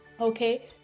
okay